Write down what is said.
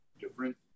different